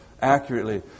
accurately